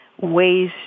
ways